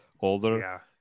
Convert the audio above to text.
older